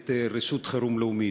את רשות החירום הלאומית.